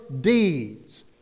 deeds